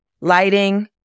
Lighting